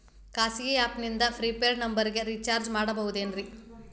ಖಾಸಗಿ ಆ್ಯಪ್ ನಿಂದ prepaid ನಂಬರಿಗ ರೇಚಾರ್ಜ್ ಮಾಡಬಹುದೇನ್ರಿ?